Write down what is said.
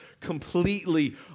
completely